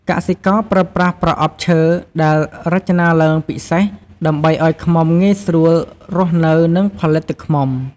កសិករប្រើប្រាស់ប្រអប់ឈើដែលរចនាឡើងពិសេស ដើម្បីឲ្យឃ្មុំងាយស្រួលរស់នៅ និងផលិតទឹកឃ្មុំ។